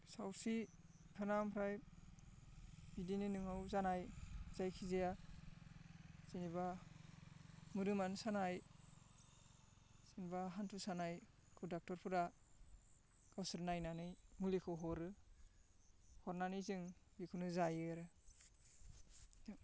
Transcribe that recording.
सावस्रि बिफाना ओमफ्राय बिदिनो नोंनाव जानाय जायखिजाया जेनेबा मोदोमानो सानाय जेनेबा हान्थु सानाय ड'क्टरफोरा गावसोर नायनानै मुलिखौ हरो हरनानै जों बेखौनो जायो आरो